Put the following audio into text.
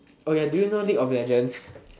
oh ya do you know league of legends